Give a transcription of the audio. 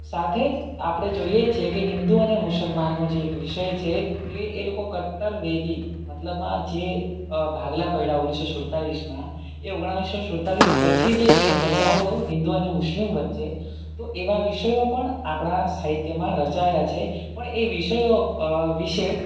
સાથે જ આપણે જોઈએ છે કે હિન્દુ અને મુસલમાનનો જે એક વિષય છે કે એ લોકો કટ્ટરવેદી મતલબમાં જે ભાગલા પડ્યા ઓગણીસો સુડતાલીસમાં એ ઓગણિસો સુડતાલીસ પછી જે વેર બંધાયો હિન્દુ અને મુસ્લિમ વચ્ચે તો એવા વિષયો પણ આપણા સાહિત્યમાં રચાયા છે પણ એ વિષયો વિશે